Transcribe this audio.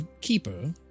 keeper